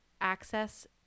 access